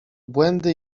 błędy